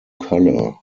color